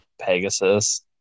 Pegasus